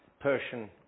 Persian